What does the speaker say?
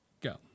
Go